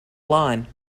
line